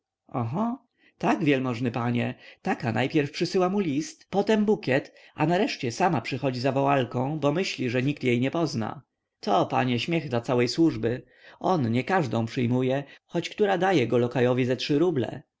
oho tak wielmożny panie taka najpierwiej przysyła mu list potem bukiet a nareszcie sama przychodzi za woalką bo myśli że jej nikt nie pozna to panie śmiech dla całej służby on niekażdą przyjmuje choć która da jego lokajowi ze trzy ruble